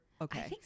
okay